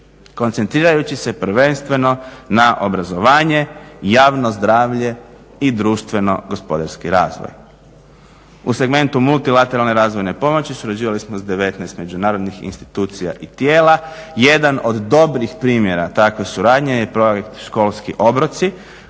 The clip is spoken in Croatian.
koncentrirajući se prvenstveno na obrazovanje, javno zdravlje i društveno gospodarski razvoj. U segmentu multilateralne razvojne pomoći surađivali smo s 19 međunarodnih institucija i tijela. Jedan od dobrih primjera takve suradnje je projekt Školski obroci